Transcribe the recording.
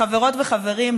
חברות וחברים,